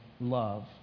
love